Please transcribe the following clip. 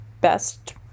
best